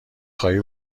خواهی